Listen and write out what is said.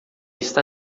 está